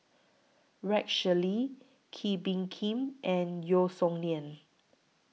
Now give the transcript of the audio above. Rex Shelley Kee Bee Khim and Yeo Song Nian